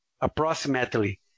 approximately